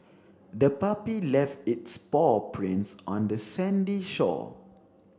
the puppy left its paw prints on the sandy shore